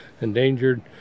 endangered